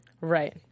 Right